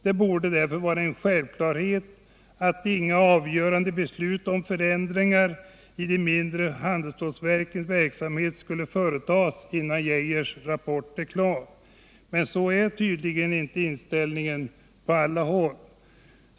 Det borde därför vara en självklarhet att inga avgörande beslut om förändringar i de mindre handelsstålverkens verksamhet fattas innan Geijers rapport är klar. Men så är tydligen inte inställningen på alla håll.